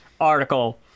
article